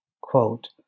Quote